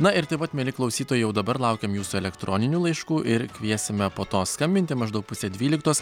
na ir taip pat mieli klausytojai jau dabar laukiam jūsų elektroninių laiškų ir kviesime po to skambinti maždaug pusę dvyliktos